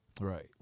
Right